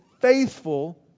faithful